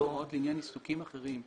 העיסוקים האחרים,